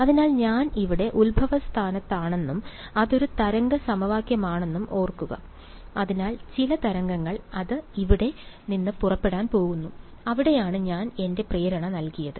അതിനാൽ ഞാൻ ഇവിടെ ഉത്ഭവസ്ഥാനത്താണെന്നും അതൊരു തരംഗ സമവാക്യമാണെന്നും ഓർക്കുക അതിനാൽ ചില തരംഗങ്ങൾ അത് ഇവിടെ നിന്ന് പുറപ്പെടാൻ പോകുന്നു അവിടെയാണ് ഞാൻ എന്റെ പ്രേരണ നൽകിയത്